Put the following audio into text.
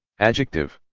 adjective